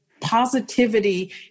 positivity